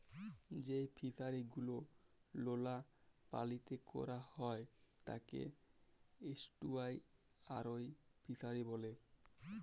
যেই ফিশারি গুলো লোলা পালিতে ক্যরা হ্যয় তাকে এস্টুয়ারই ফিসারী ব্যলে